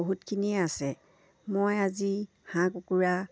বহুতখিনিয়ে আছে মই আজি হাঁহ কুকুৰা